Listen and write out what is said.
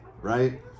right